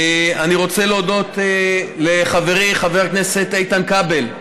אני רוצה להודות לחברי חבר הכנסת איתן כבל,